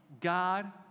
God